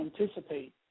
anticipate